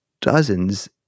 dozens